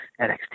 NXT